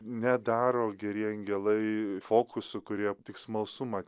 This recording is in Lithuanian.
nedaro geri angelai fokusų kurie tik smalsumą